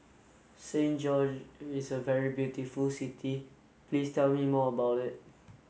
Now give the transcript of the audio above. Saint George's is a very beautiful city Please tell me more about it